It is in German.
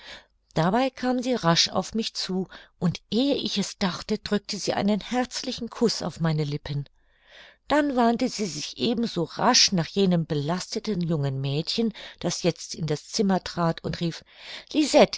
dabei kam sie rasch auf mich zu und ehe ich es dachte drückte sie einen herzlichen kuß auf meine lippen dann wandte sie sich eben so rasch nach jenem belasteten jungen mädchen das jetzt in das zimmer trat und rief